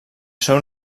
seu